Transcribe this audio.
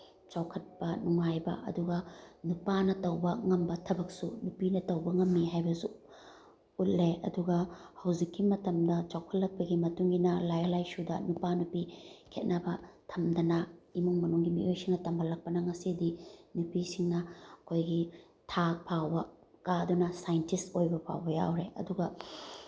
ꯆꯥꯎꯈꯠꯄ ꯅꯨꯡꯉꯥꯏꯕ ꯑꯗꯨꯒ ꯅꯨꯄꯥꯅ ꯇꯧꯕ ꯉꯝꯕ ꯊꯕꯛꯁꯨ ꯅꯨꯄꯤꯅ ꯇꯧꯕ ꯉꯝꯃꯤ ꯍꯥꯏꯕꯁꯨ ꯎꯠꯂꯦ ꯑꯗꯨꯒ ꯍꯧꯖꯤꯛꯀꯤ ꯃꯇꯝꯗ ꯆꯥꯎꯈꯠꯂꯛꯄꯒꯤ ꯃꯇꯨꯡ ꯏꯟꯅ ꯂꯥꯏꯔꯤꯛ ꯂꯥꯏꯁꯨꯗ ꯅꯨꯄꯥ ꯅꯨꯄꯤ ꯈꯦꯠꯅꯕ ꯊꯝꯗꯅ ꯏꯃꯨꯡ ꯃꯅꯨꯡꯒꯤ ꯃꯤꯑꯣꯏꯁꯤꯡꯅ ꯇꯝꯍꯜꯂꯛꯄꯅ ꯉꯁꯤꯗꯤ ꯅꯨꯄꯤꯁꯤꯡꯅ ꯑꯩꯈꯣꯏꯒꯤ ꯊꯥ ꯐꯥꯎꯕ ꯀꯥꯗꯨꯅ ꯁꯥꯏꯟꯇꯤꯁ ꯑꯣꯏꯕ ꯐꯥꯎꯕ ꯌꯥꯎꯔꯦ ꯑꯗꯨꯒ